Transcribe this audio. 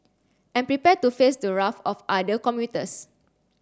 and prepare to face the wrath of other commuters